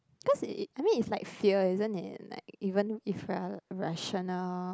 cause it it I mean it's like fear isn't it like even if you are rationale